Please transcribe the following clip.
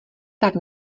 tak